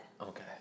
Okay